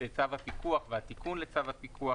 צו הפיקוח והתיקון לצו הפיקוח,